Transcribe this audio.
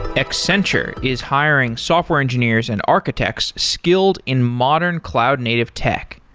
accenture is hiring software engineers and architects skilled in modern cloud native tech.